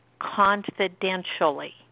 confidentially